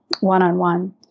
one-on-one